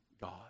God